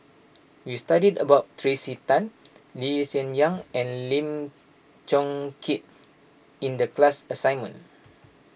we studied about Tracey Tan Lee Hsien Yang and Lim Chong Keat in the class assignment